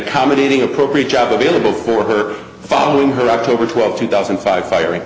ccommodating appropriate job available for the following her october twelfth two thousand and five firing